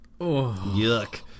yuck